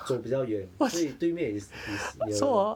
走比较远所以对面 is is nearer